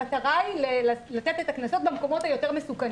המטרה היא להטיל את הקנסות במקומות היותר מסוכנים.